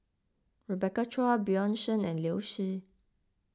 Rebecca Chua Bjorn Shen and Liu Si